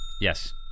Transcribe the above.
Yes